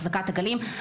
החזקת עגלים.